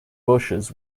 bushes